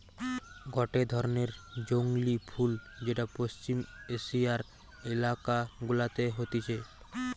গটে ধরণের জংলী ফুল যেটা পশ্চিম এশিয়ার এলাকা গুলাতে হতিছে